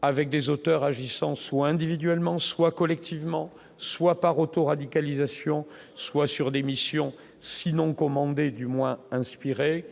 avec des auteurs agissant soit individuellement soit collectivement, soit par Auto radicalisation soit sur l'émission sinon commander du moins inspiré,